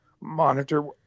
monitor